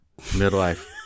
midlife